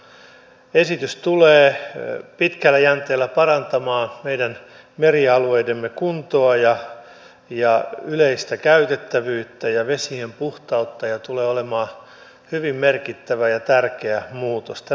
tämä esitys tulee pitkällä jänteellä parantamaan meidän merialueidemme kuntoa yleistä käytettävyyttä ja vesien puhtautta ja tulee olemaan hyvin merkittävä ja tärkeä muutos